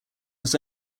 was